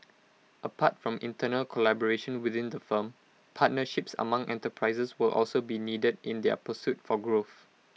apart from internal collaboration within the firm partnerships among enterprises will also be needed in their pursuit for growth